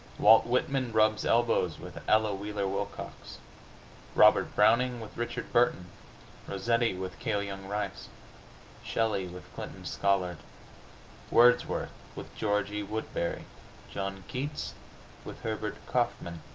walt whitman rubs elbows with ella wheeler wilcox robert browning with richard burton rossetti with cale young rice shelly with clinton scollard wordsworth with george e. woodberry john keats with herbert kaufman!